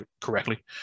correctly